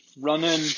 running